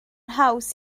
haws